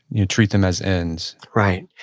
you treat them as ends right.